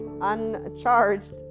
uncharged